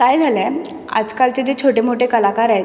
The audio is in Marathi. काय झालं आहे आजकालचे जे छोटे मोठे कलाकार आहेत